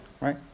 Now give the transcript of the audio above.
right